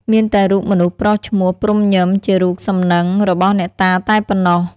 មានតែរូបមនុស្សប្រុសឈ្មោះ ព្រំុ-ញឹម ជារូបសំណឹងរបស់អ្នកតាតែប៉ុណ្ណោះ។